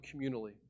communally